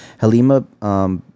Halima